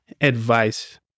advice